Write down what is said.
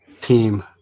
team